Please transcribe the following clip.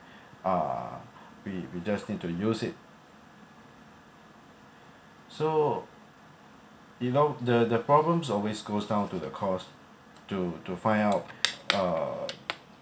ah we we just need to use it so you know the the problems always goes down to the costs to to find out uh